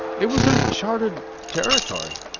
it was unchartered territory.